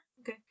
Okay